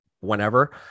whenever